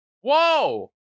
Whoa